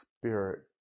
spirit